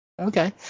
Okay